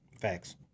Facts